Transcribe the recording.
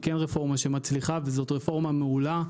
כן רפורמה שמצליחה וזאת רפורמה מעולה,